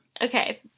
Okay